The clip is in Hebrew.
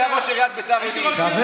הוא מציע לך משהו אחר.